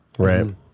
Right